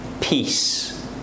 Peace